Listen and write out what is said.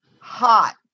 hot